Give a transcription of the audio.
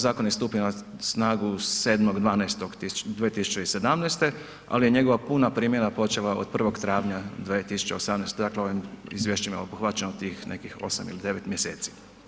Zakon je stupio na snagu 7.12.2017., ali je njegova puna primjena počela od 1. travnja 2018. dakle ovim izvješćem je obuhvaćeno tih nekih osam ili devet mjeseci.